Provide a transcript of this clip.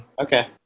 Okay